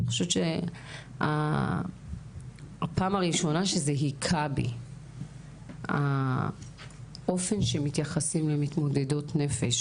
אני חושבת שהפעם הראשונה שזה היכה בי האופן שמתייחסים למתמודדות נפש,